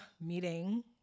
meeting